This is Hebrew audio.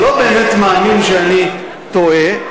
אתה לא באמת מאמין שאני טועה.